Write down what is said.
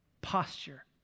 posture